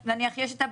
נניח יש את הבדיקות,